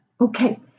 okay